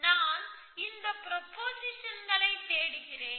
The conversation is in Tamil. நான் இந்த ப்ரொபொசிஷன்களைத் தேடுகிறேன்